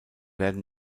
werden